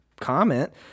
comment